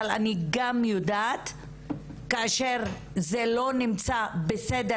אבל אני גם יודעת שכאשר זה לא נמצא בסדר